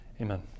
Amen